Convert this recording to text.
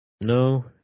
no